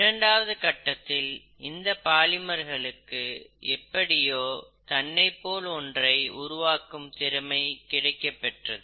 இரண்டாவது கட்டத்தில் இந்த பாலிமர்களுக்கு எப்படியோ தன்னைப்போல் ஒன்றை உருவாக்கும் திறமை கிடைக்கப்பெற்றது